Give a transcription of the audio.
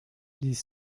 les